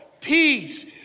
peace